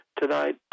Tonight